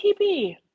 TB